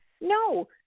no